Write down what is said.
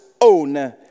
own